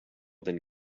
than